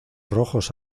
rojos